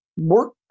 work